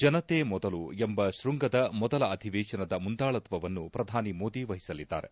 ಜನತೆ ಮೊದಲು ಎಂಬ ಶೃಂಗದ ಮೊದಲ ಅಧಿವೇಶನದ ಮುಂದಾಳಾತ್ವವನ್ನು ಪ್ರಧಾನಿ ಮೋದಿ ವಹಿಸಲಿದ್ದಾರೆ